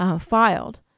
filed